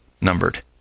numbered